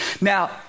Now